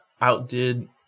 outdid